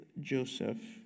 Joseph